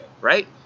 right